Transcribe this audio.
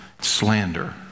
slander